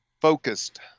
focused